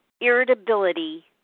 irritability